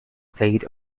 played